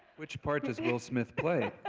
which part does will smith play?